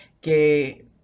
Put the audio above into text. que